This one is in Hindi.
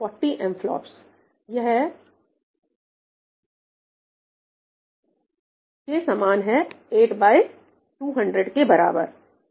40 MFLOPS के समान है यह 8200 के बराबर है